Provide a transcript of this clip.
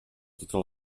totes